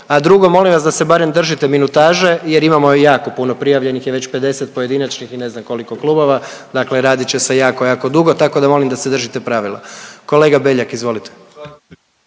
a drugo molim vas da se barem držite minutaže jer imamo jako puno prijavljenih je već 50 pojedinačnih i ne znam koliko klubova, dakle radit će se jako, jako dugo tako da molim da se držite pravila. Kolega Beljak, izvolite.